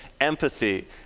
empathy